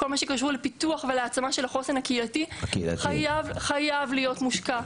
כל מה שקשור לפיתוח והעצמה של החוסן הקהילתי חייב להיות מושקע.